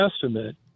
Testament